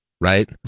right